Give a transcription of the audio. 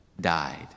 died